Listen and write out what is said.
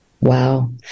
Wow